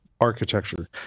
architecture